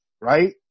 right